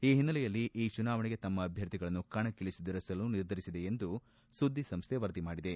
ಈ ಹಿನ್ನಲೆಯಲ್ಲಿ ಈ ಚುನಾವಣೆಗೆ ತಮ್ಮ ಅಭ್ಯರ್ಥಿಗಳನ್ನು ಕಣಕಿಳಿಸದಿರಲು ನಿರ್ಧರಿಸಿದೆ ಎಂದು ಸುದ್ದಿ ಸಂಸ್ಥೆ ವರದಿ ಮಾಡಿದೆ